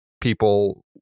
people